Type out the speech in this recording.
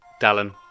Dallin